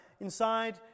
Inside